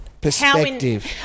Perspective